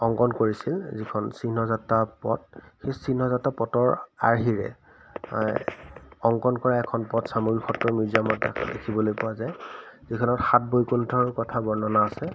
অংকন কৰিছিল যিখন চিহ্নযাত্ৰা পথ সেই চিহ্ন যাত্ৰা পথৰ আৰ্হিৰে অংকণ কৰা এখন পথ চামগুৰি সত্ৰ মিউজিয়ামত দেখিবলৈ পোৱা যায় যিখনত সাত বৈকুণ্ঠৰ কথা বৰ্ণনা আছে